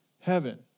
heaven